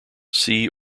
see